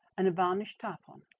and a varnished tarpon.